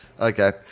Okay